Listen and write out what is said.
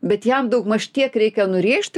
bet jam daugmaž tiek reikia nurėžti